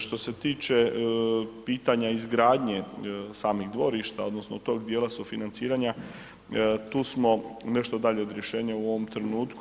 Što se tiče pitanja izgradnje samih dvorišta odnosno tog dijela sufinanciranja tu smo nešto dalje od rješenja u ovom trenutku.